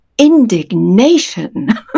Indignation